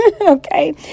Okay